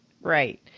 Right